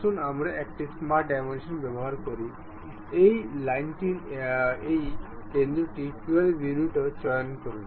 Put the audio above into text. আসুন আমরা একটি স্মার্ট ডাইমেনশন ব্যবহার করি এই লাইনটির এই কেন্দ্রটি 12 ইউনিটও চয়ন করুন